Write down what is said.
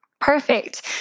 Perfect